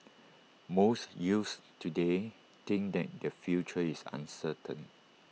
most youths today think that their future is uncertain